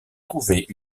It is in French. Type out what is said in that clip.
trouver